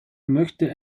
möchte